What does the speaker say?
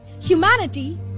Humanity